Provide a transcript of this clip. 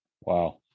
Wow